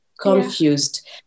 confused